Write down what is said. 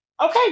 Okay